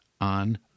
on